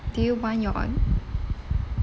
do you want your or~